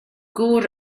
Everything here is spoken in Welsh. gŵr